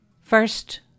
First